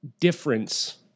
difference